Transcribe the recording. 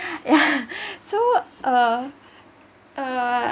yeah so uh uh